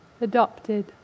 Adopted